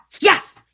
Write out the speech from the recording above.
Yes